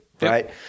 Right